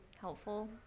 helpful